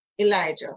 Elijah